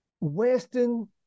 Western